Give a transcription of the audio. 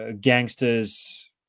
gangsters